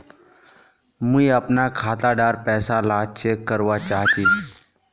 मुई अपना खाता डार पैसा ला चेक करवा चाहची?